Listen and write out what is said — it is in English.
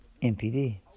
MPD